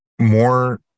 more